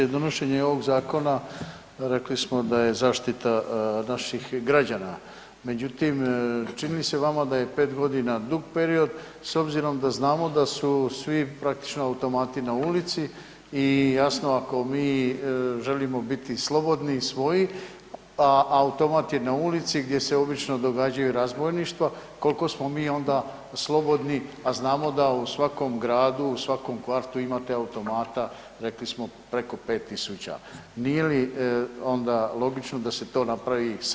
Donošenjem ovog zakona rekli smo da je zaštita naših građana, međutim čini li se vama da je pet godina dug period s obzirom da znamo da su svi praktično automati na ulici i jasno ako mi želimo biti slobodni i svoji, a automat je na ulici gdje se obično događaju razbojništva koliko smo mi onda slobodni, a znamo da u svakom gradu, svakom kvartom imate automata rekli smo preko 5.000, nije li onda logično da se to napravi sad i odmah?